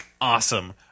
awesome